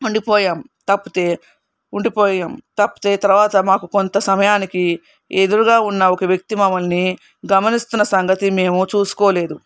ఉండిపోయం తప్పితే ఉండి పోయాం తప్పితే తర్వాత మాకు కొంత సమయానికి ఎదురుగా ఉన్న ఒక వ్యక్తి మమ్మల్ని గమనిస్తున్న సంగతి మేము చూసుకోలేదు